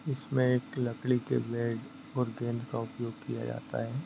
इसमें एक लकड़ी के बेड और गेंद का उपयोग किया जाता है